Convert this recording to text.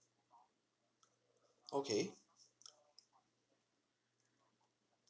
okay